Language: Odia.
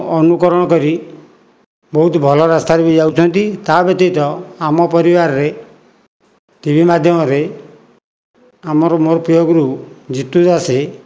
ଅନୁକରଣ କରି ବହୁତ ଭଲ ରାସ୍ତାରେ ବି ଯାଉଛନ୍ତି ତା' ବ୍ୟତୀତ ଆମ ପରିବାରରେ ଟିଭି ମାଧ୍ୟମରେ ଆମର ମୋର ପ୍ରିୟ ଗୁରୁ ଜିତୁ ଦାସ